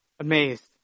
amazed